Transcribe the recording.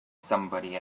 somebody